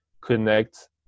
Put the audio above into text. connect